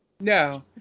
no